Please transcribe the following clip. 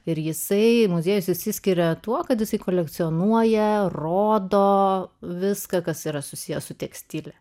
ir jisai muziejus išsiskiria tuo kad jisai kolekcionuoja rodo viską kas yra susiję su tekstile